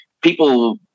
People